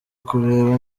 kureba